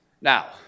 Now